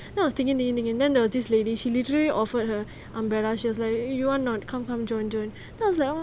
then I was thinking thinking thinking then the this lady she literally offered her umbrella she was like you want or not come come join join then I was like !aww!